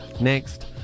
Next